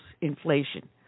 inflation